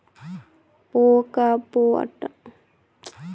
কুন কুন ব্যাংক লোনের সুযোগ সুবিধা বেশি দেয়?